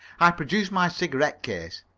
i produced my cigarette-case.